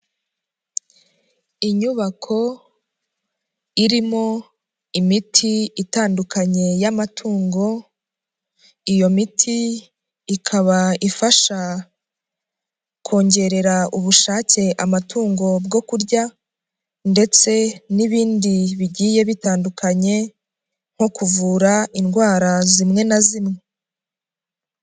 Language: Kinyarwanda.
Inyubako irimo imiti itandukanye y'amatungo, iyo miti ikaba ifasha kongerera ubushake amatungo bwo kurya ndetse n'ibindi bigiye bitandukanye nko kuvura indwara zimwe na zimwe.